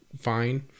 fine